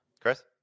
Chris